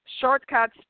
shortcuts